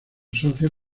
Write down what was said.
asocia